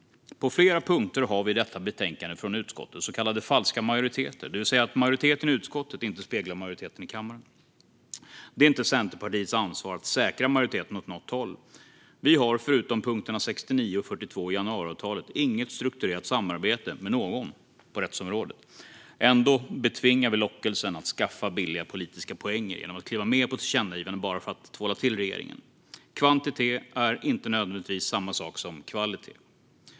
På flera punkter har vi i detta betänkande från utskottet så kallade falska majoriteter, det vill säga att majoriteten i utskottet inte speglar majoriteten i kammaren. Det är inte Centerpartiets ansvar att säkra majoriteten åt något håll. Vi har, förutom för punkterna 69 och 42 i januariavtalet, inget strukturerat samarbete med någon på rättsområdet. Ändå betvingar vi lockelsen att skaffa billiga politiska poänger genom att kliva med på tillkännagivanden bara för att tvåla till regeringen. Kvantitet är inte nödvändigtvis samma sak som kvalitet.